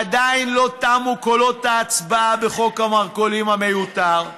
עדיין לא תמו קולות ההצבעה בחוק המרכולים המיותר,